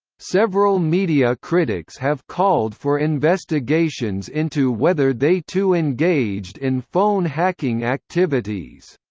several media critics have called for investigations into whether they too engaged in phone hacking activities.